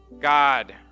God